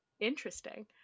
interesting